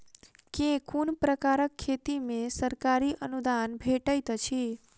केँ कुन प्रकारक खेती मे सरकारी अनुदान भेटैत अछि?